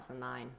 2009